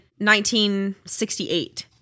1968